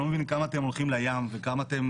אני לא יודע כמה אתם הולכים לים וכמה אתם